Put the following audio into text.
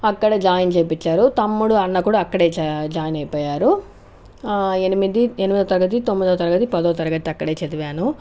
అక్కడ జాయిన్ చేయించారు తమ్ముడు అన్న కూడా అక్కడే జా జాయిన్ అయిపోయారు ఎనిమిది ఎనిమిదవ తరగతి తొమ్మిదవ తరగతి పదో తరగతి అక్కడే చదివాను